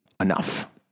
enough